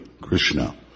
Krishna